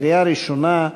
קריאה ראשונה.